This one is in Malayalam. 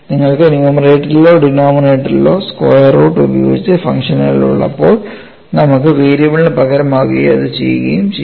നിങ്ങൾക്ക് ന്യൂമറേറ്ററിലോ ഡിനോമിനേറ്ററിലോ സ്ക്വയർ റൂട്ട് ഉപയോഗിച്ച് ഫംഗ്ഷനുകൾ ഉള്ളപ്പോൾനമുക്ക് വേരിയബിളിന് പകരമാവുകയും അത് ചെയ്യുകയും ചെയ്യും